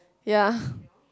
ya